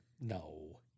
No